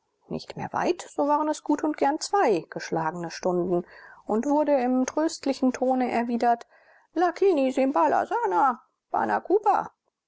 nicht mehr weit so waren es gut und gern zwei geschlagene stunden und wurde im tröstlichen tone erwidert lakini simbala